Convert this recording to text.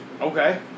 Okay